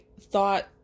thought